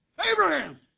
Abraham